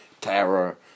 Terror